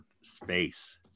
space